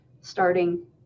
starting